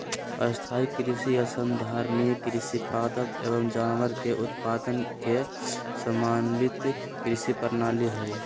स्थाई कृषि या संधारणीय कृषि पादप एवम जानवर के उत्पादन के समन्वित कृषि प्रणाली हई